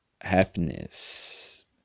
happiness